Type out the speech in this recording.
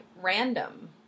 random